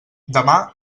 demà